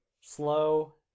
slow